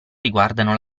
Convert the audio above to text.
riguardano